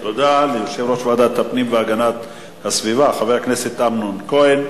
תודה ליושב-ראש ועדת הפנים והגנת הסביבה חבר הכנסת אמנון כהן.